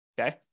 okay